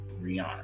Rihanna